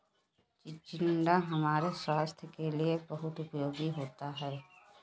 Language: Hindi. चिचिण्डा हमारे स्वास्थ के लिए बहुत उपयोगी होता है